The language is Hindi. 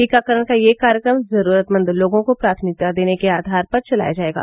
टीकाकरण का यह कार्यक्रम जरूरतमंद लोगों को प्राथमिकता देने के आधार पर चलाया जायेगा